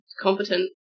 competent